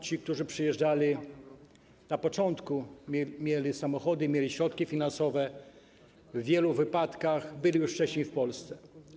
Ci, którzy przyjeżdżali na początku, mieli samochody, mieli środki finansowe, w wielu wypadkach byli już wcześniej w Polsce.